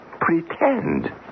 Pretend